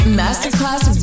masterclass